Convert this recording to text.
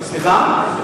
איפה?